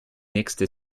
nächste